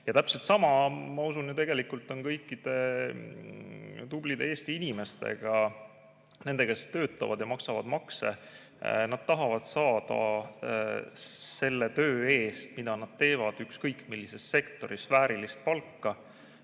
Täpselt sama, ma usun, on tegelikult kõikide tublide Eesti inimestega, nendega, kes töötavad ja maksavad makse. Nad tahavad saada selle töö eest, mida nad teevad ükskõik millises sektoris, väärilist palka